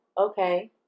okay